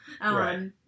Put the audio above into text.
Right